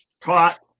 taught